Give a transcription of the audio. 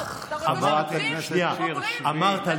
נגד נשים, נגד הפלות, חברת הכנסת שיר, שבי, שבי.